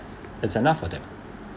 is enough for them